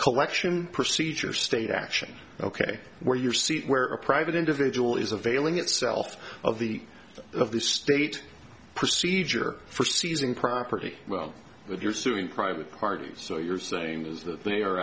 collection procedure state action ok where your seat where a private individual is availing itself of the of the state procedure for seizing property well if you're suing private parties so you're saying is that they are